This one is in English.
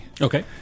Okay